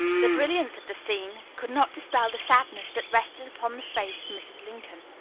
the brilliance of the scene could not dispel the sadness that rested upon the face of mrs. lincoln.